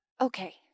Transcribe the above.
Okay